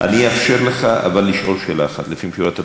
אבל אני אאפשר לך לשאול שאלה אחת לפנים משורת הדין,